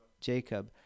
Jacob